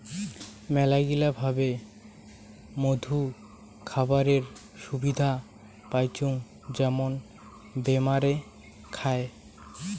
মেলাগিলা ভাবে মধু খাবারের সুবিধা পাইচুঙ যেমন বেমারে খায়